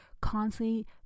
constantly